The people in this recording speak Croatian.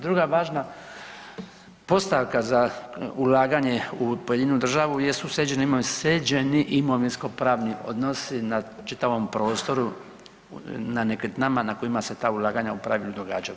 Druga važna postavka za ulaganje u pojedinu državu jesu sređeni imovinsko-pravni odnosi na čitavom prostoru na nekretninama na kojima se ta ulaganja u pravilu događaju.